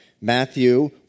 Matthew